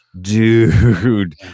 dude